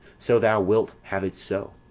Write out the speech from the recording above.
so thou wilt have it so.